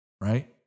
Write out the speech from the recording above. right